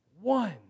one